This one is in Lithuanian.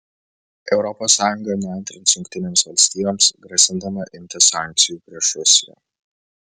europos sąjunga neantrins jungtinėms valstijoms grasindama imtis sankcijų prieš rusiją